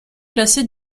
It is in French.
classé